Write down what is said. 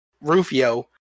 Rufio